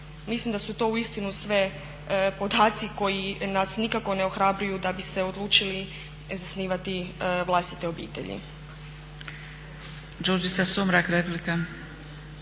Mislim da su to uistinu sve podaci koji nas nikako ne ohrabruju da bi se odlučili zasnivati vlastite obitelji.